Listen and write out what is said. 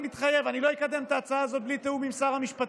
אני מתחייב: אני לא אקדם את ההצעה הזאת בלי תיאום עם שר המשפטים.